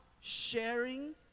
sharing